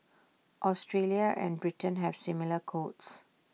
Australia and Britain have similar codes